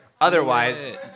Otherwise